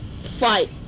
fight